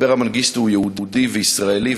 אברה מנגיסטו הוא יהודי וישראלי,